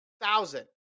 thousand